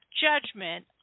judgment